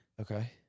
okay